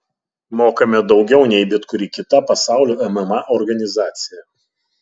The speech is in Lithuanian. mokame daugiau nei bet kuri kita pasaulio mma organizacija